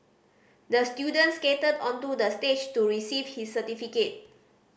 the student skated onto the stage to receive his certificate